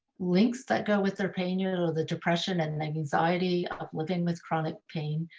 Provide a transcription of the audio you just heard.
links that go with their pain, you know the depression and anxiety of living with chronic pain.